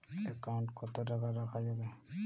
Account কত টাকা রাখা যাবে?